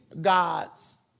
God's